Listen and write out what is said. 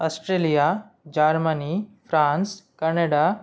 Australia Germany France Canada